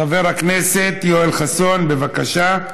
חבר הכנסת יואל חסון, בבקשה.